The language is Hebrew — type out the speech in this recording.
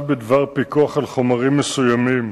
ביום